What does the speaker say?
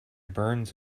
burns